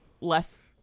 less